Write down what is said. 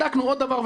בדקנו עוד דבר,